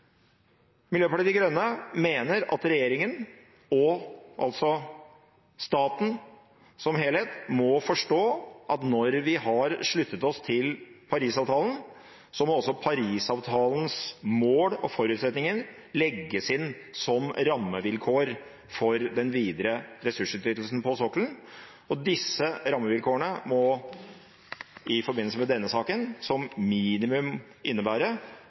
Miljøpartiet De Grønne mener at regjeringen og staten som helhet må forstå at når vi har sluttet oss til Paris-avtalen, må også Paris-avtalens mål og forutsetninger legges inn som rammevilkår for den videre ressursutnyttelsen på sokkelen. Disse rammevilkårene må i forbindelse med denne saken som minimum